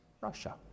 Russia